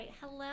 hello